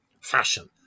fashion